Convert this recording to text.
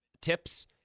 tips